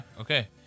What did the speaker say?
okay